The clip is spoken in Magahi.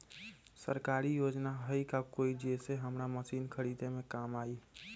सरकारी योजना हई का कोइ जे से हमरा मशीन खरीदे में काम आई?